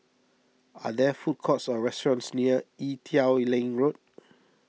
are there food courts or restaurants near Ee Teow Leng Road